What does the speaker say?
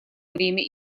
время